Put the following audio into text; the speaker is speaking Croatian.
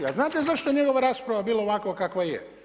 A znate zašto je njegova rasprava bila ovakva kakva je?